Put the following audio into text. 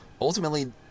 ultimately